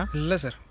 um listen